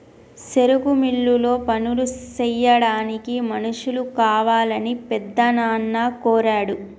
సెరుకు మిల్లులో పనులు సెయ్యాడానికి మనుషులు కావాలని పెద్దనాన్న కోరాడు